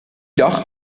dag